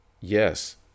Yes